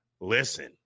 Listen